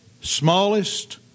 smallest